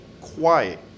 quiet